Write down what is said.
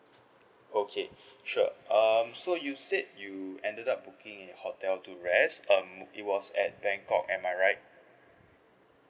okay sure um so you said you ended up booking a hotel to address um it was at bangkok am I right